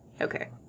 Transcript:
Okay